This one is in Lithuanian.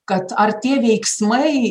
kad ar tie veiksmai